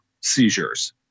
seizures